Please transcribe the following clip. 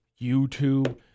YouTube